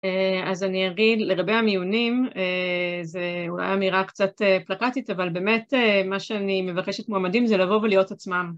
אז אני אגיד, להרבה מהמיונים, זה אולי אמירה קצת פלקטית אבל באמת מה שאני מבחשת מועמדים זה לבוא ולהיות עצמם.